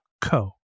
co